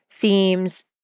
themes